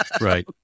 Right